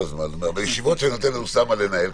בישיבות שאני נותן לאוסאמה לנהל,